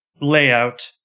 layout